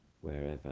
wherever